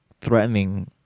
threatening